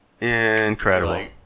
Incredible